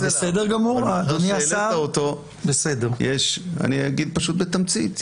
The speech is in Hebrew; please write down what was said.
ברגע שהעלית אותו, אני אגיד בתמצית.